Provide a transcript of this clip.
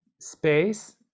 space